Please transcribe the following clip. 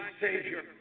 Savior